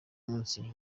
munsi